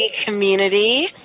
community